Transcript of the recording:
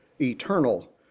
eternal